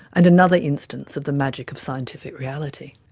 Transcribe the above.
and another instance of the magic of scientific reality.